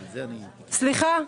סליחה.